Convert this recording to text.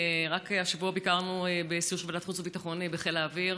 רק השבוע ביקרנו בסיור של ועדת חוץ וביטחון בחיל האוויר.